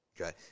Okay